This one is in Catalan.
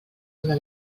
una